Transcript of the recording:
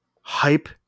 hype